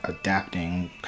adapting